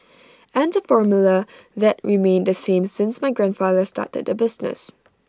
and the formula has remained the same since my grandfather started the business